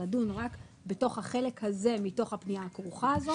לדון רק בתוך החלק הזה מתוך הפנייה הכרוכה הזאת.